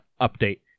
update